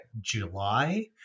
July